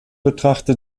betrachte